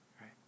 right